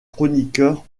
chroniqueur